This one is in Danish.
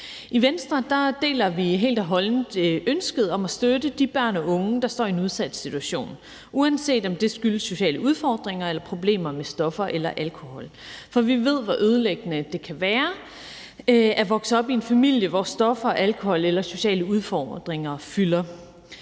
I Venstre deler vi helt og holdent ønsket om at støtte de børn og unge, der står i en udsat situation, uanset om det skyldes sociale udfordringer eller problemer med stoffer eller alkohol, for vi ved, hvor ødelæggende det kan være at vokse op i en familie, hvor stoffer, alkohol eller sociale udfordringer fylder.